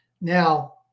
Now